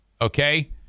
Okay